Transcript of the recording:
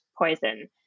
poison